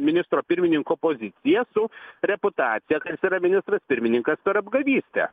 ministro pirmininko poziciją su reputacija kad jis yra ministras pirmininkas per apgavystę